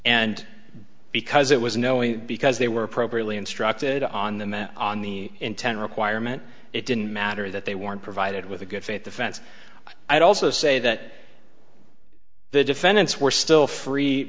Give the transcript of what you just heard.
and because it was knowingly because they were properly instructed on the men on the intent requirement it didn't matter that they weren't provided with a good faith defense i also say that the defendants were still free